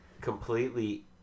completely